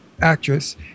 actress